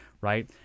right